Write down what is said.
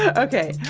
ah okay,